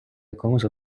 якомусь